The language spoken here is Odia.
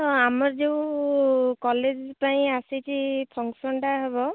ହଁ ଆମର ଯୋଉ କଲେଜ୍ ପାଇଁ ଆସିଛି ଫଙ୍କସନ୍ଟା ହେବ